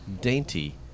dainty